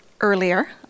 earlier